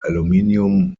aluminium